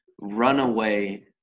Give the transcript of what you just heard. Runaway